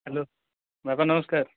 hello ବାପା ନମସ୍କାର